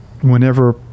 Whenever